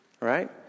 Right